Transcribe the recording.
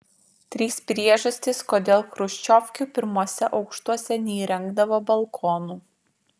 trys priežastys kodėl chruščiovkių pirmuose aukštuose neįrengdavo balkonų